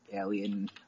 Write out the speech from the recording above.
alien